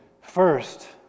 First